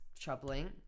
troubling